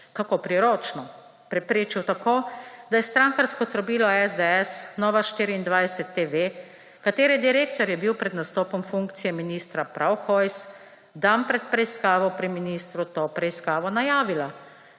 Kako priročno. Preprečil tako, da je strankarsko trobilo SDS Nova24TV, katere direktor je bil pred nastopom funkcije ministra prav Hojs, dan pred preiskavo pri ministru to preiskavo najavila,